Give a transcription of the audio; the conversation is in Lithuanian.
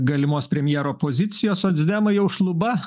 galimos premjero pozicijos socdemai jau šluba